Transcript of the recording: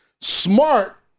Smart